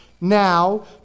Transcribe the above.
now